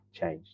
changed